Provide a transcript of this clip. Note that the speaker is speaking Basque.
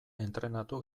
entrenatu